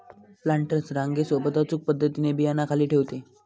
planters रांगे सोबत अचूक पद्धतीने बियांना खाली ठेवते